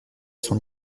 son